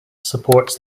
supports